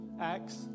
acts